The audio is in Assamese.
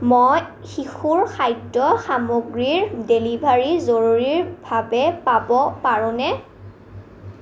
মই শিশুৰ খাদ্য সামগ্ৰীৰ ডেলিভৰী জৰুৰীভাৱে পাব পাৰোঁনে